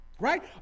Right